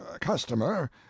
customer